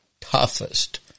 toughest